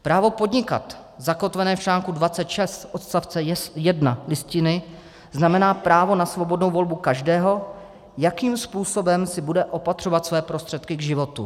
Právo podnikat zakotvené v čl. 26 odst. 1 Listiny znamená právo na svobodnou volbu každého, jakým způsobem si bude opatřovat své prostředky k životu.